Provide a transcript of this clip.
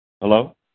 Hello